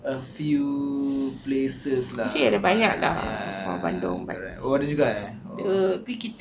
a few places lah banyak oh ada juga eh oh